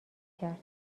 کرد